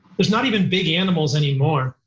there's not even big animals anymore.